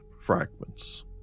fragments